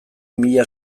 mila